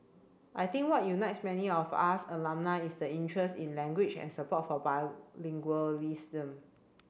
I think what unites many of us alumni is the interest in language and support for bilingualism